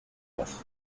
with